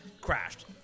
crashed